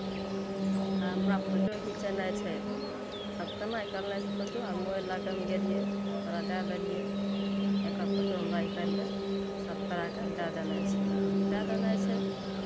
हमरा फोटो घिचयनाइ छै आब केना कऽ लेतै फोटो आब मोबाइल लऽ कऽ हम गेलियै ओकरा दए देलियै एकर फोटो हमरा ई करि कऽ साफ कराए कऽ दए देनाइ छै दए देनाइ छै